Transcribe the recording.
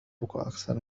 أكثر